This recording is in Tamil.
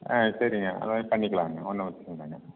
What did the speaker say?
ஆ சரிங்க அந்தமாதிரி பண்ணிக்கலாம்ங்க ஒன்றும் பிரச்சனை இல்லைங்க